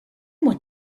what